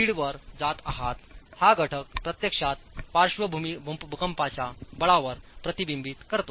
5 वर जात आहात हा घटक प्रत्यक्षात पार्श्व भूकंपाच्या बळावर प्रतिबिंबित करतो